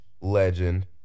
Legend